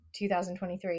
2023